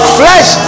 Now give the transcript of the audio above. flesh